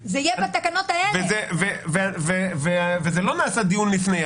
יהיה, ולא נעשה דיון לפני.